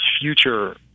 future